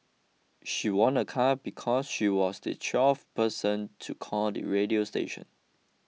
she won a car because she was the twelfth person to call the radio station